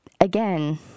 again